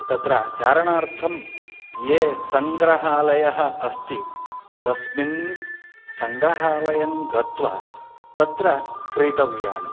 तत्र चारणार्थं यः सङ्ग्रहालयः अस्ति तस्मिन् सङ्ग्रहालयं गत्वा तत्र क्रेतव्यानि